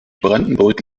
brandenburg